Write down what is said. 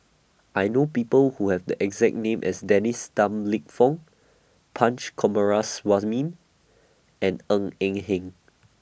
I know People Who Have The exact name as Dennis Tan Lip Fong Punch and Ng Eng Hen